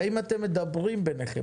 האם אתם מדברים ביניכם?